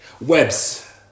Webs